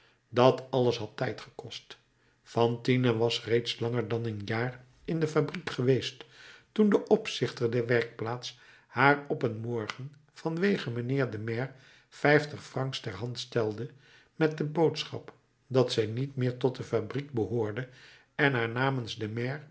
dat alles had tijd gekost fantine was reeds langer dan een jaar in de fabriek geweest toen de opzichtster der werkplaats haar op een morgen vanwege mijnheer den maire vijftig francs ter hand stelde met de boodschap dat zij niet meer tot de fabriek behoorde en haar namens den maire